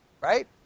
Right